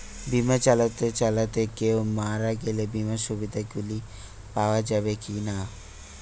বিমা চালাতে চালাতে কেও মারা গেলে বিমার সুবিধা গুলি পাওয়া যাবে কি না?